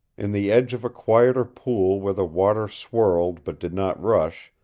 in the edge of a quieter pool where the water swirled but did not rush,